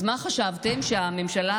אז מה חשבתם, שהממשלה